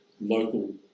local